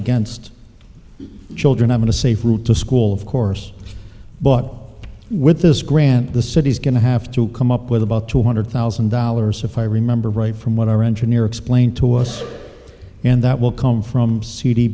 against children i'm going to say fruit to school of course but with this grant the city's going to have to come up with about two hundred thousand dollars if i remember right from what our engineer explained to us and that will come from c